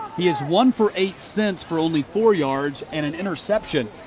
he is one for eight since for only four yards and an interception.